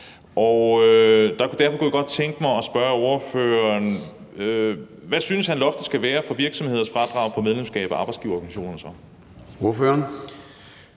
Derfor kunne jeg godt tænke mig at spørge ordføreren, hvad han så synes loftet for virksomheders fradrag for medlemskab af arbejdsgiverorganisationer